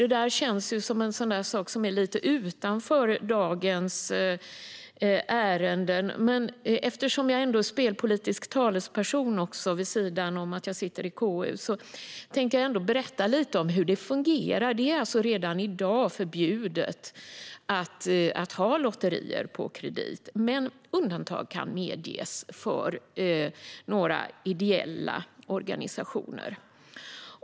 Det känns som något som ligger lite utanför dagens ärenden, men eftersom jag vid sidan om att sitta i KU även är spelpolitisk talesperson tänker jag berätta lite om hur det fungerar. Det är alltså redan i dag förbjudet att ha lotterier på kredit, men undantag kan medges för några ideella organisationer.